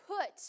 put